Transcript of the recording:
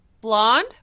Blonde